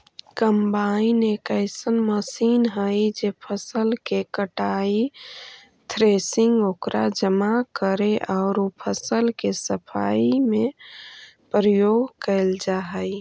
combine एक अइसन machine हई जे फसल के कटाई, थ्रेसिंग, ओकरा जमा करे औउर उ फसल के सफाई में प्रयोग कईल जा हई